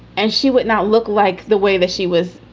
and she would not look like the way that she was.